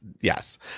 yes